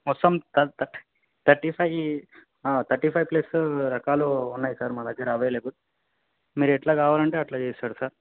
మొత్తమ్ త thirty thirty five thirty five plus రకాలు ఉన్నాయి సార్ మా దగ్గర అవైలబుల్ మీరు ఎట్లా కావాలంటే అట్లా చేస్తారు సార్